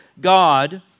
God